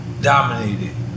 dominated